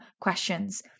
questions